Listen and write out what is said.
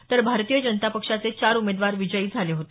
तर भारतीय जनता पक्षाचे चार उमेदवार विजयी झाले होते